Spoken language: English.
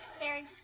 Barry